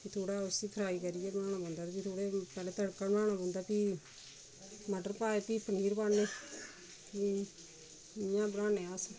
फ्ही थोह्ड़ा उसी फ्राई करियै बनाना पौंदा फिर उ'नें गी पैह्ले तड़का बनाना पौंदा फ्ही मटर पाए फ्ही पनीर पान्ने फ्ही इ'यां बनानें आं अस